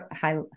high